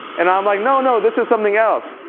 and i'm like no, no, this is something else.